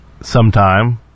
sometime